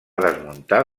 desmuntar